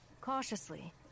Cautiously